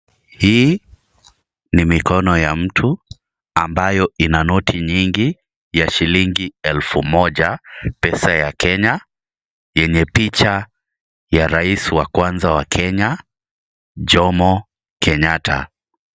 Hii ni mikono wa mtu, ambayo ina noti nyingi ya shilingi elfu moja pesa ya Kenya. Yenye picha ya raisi wa kwanza wa Kenya, Jomo Kenyatta.